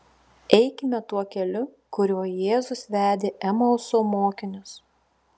eikime tuo keliu kuriuo jėzus vedė emauso mokinius